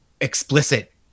explicit